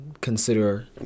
consider